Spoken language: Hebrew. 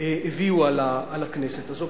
הביאה על הכנסת הזאת.